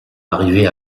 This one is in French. arrivée